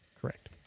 correct